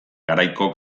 garaiko